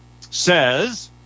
says